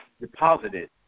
deposited